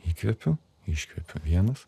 įkvepiu iškvepiu vienas